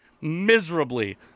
miserably